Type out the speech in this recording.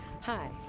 Hi